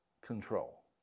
control